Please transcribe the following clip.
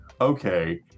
Okay